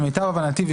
למיטב הבנתי,